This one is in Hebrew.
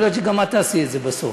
יכול להיות שגם את תעשי את זה בסוף.